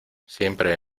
siempre